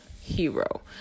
hero